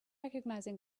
recognizing